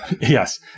Yes